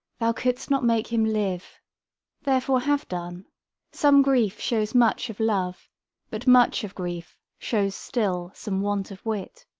thou couldst not make him live therefore have done some grief shows much of love but much of grief shows still some want of wit.